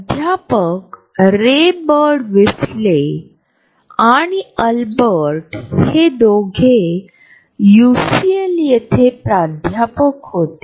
भाषिक रचनात्मकतेच्या सिद्धांताशी त्यांनी आपल्या संशोधनाचे संबंध देखील दर्शविला होता